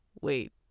Wait